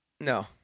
No